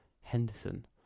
Henderson